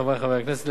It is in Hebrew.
חברי חברי הכנסת,